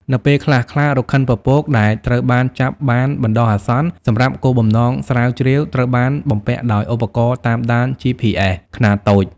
នៅពេលខ្លះ ខ្លារខិនពពកដែលត្រូវបានចាប់បានបណ្តោះអាសន្នសម្រាប់គោលបំណងស្រាវជ្រាវ ត្រូវបានបំពាក់ដោយ ឧបករណ៍តាមដាន GPS ខ្នាតតូច។